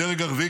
בדרג הרביעי,